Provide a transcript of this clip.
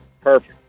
perfect